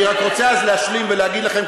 אז אני רוצה עוד להשלים ולהגיד לכם,